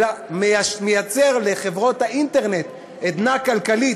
אלא מייצר לחברות האינטרנט עדנה כלכלית